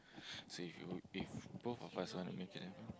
so if you if both of us want to make it happen